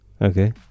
Okay